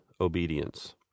obedience